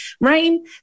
rain